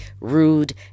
rude